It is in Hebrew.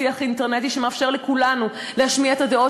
שיח אינטרנטי שמאפשר לכולנו להשמיע את הדעות